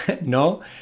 No